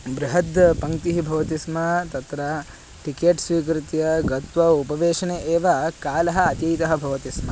बृहद् पङ्क्तिः भवति स्म तत्र टिकेट् स्वीकृत्य गत्वा उपवेशने एव कालः अतीतः भवति स्म